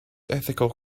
ethical